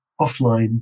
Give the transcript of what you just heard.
offline